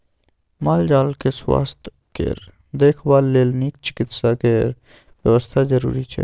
माल जाल केँ सुआस्थ केर देखभाल लेल नीक चिकित्सा केर बेबस्था जरुरी छै